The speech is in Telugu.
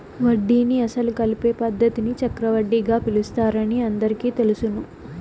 వడ్డీని అసలు కలిపే పద్ధతిని చక్రవడ్డీగా పిలుస్తారని అందరికీ తెలుసును